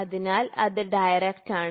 അതിനാൽ അത് ഡയറക്റ്റാണ്